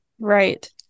Right